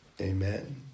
amen